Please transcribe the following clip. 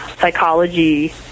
psychology